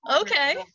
okay